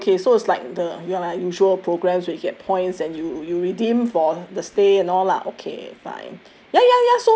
ah okay okay so it's like the ya lah usual programs where you get points and you you redeem for the stay and all lah okay fine